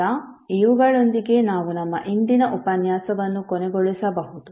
ಈಗ ಇವುಗಳೊಂದಿಗೆ ನಾವು ನಮ್ಮ ಇಂದಿನ ಉಪನ್ಯಾಸವನ್ನು ಕೊನೆಗೊಳಿಸಬಹುದು